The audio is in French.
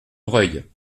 breuil